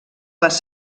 les